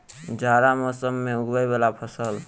जाड़ा मौसम मे उगवय वला फसल?